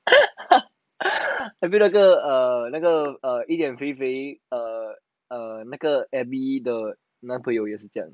那个呃那个 err 一点肥肥 err err 那个 abby 的男朋友也是这样